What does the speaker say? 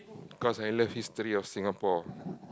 cause I love history of Singapore